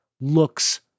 looks